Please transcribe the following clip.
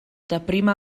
dapprima